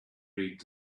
read